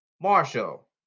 Marshall